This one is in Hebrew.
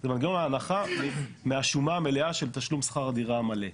זה מנגנון ההנחה מהשומה המלאה של תשלום שכר הדירה המלא.